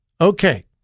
Okay